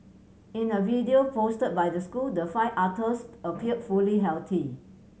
in a video posted by the school the five otters appeared fully healthy